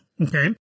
Okay